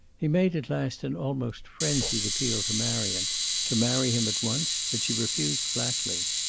he made at last an almost frenzied appeal to marion to marry him at once, but she refused flatly.